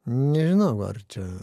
nežinau ar čia